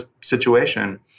situation